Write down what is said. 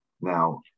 Now